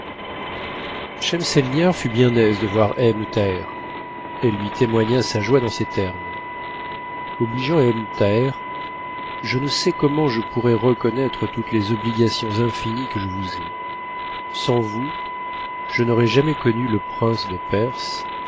schemselnihar lut bien aise de voir ebn thaher elle lui témoigna sa joie dans ces termes obligeant ehn thaher je ne sais comment je pourrai reconnaître toutes les obligations infinies que je vous ai sans vous je n'aurais jamais connu le prince de perse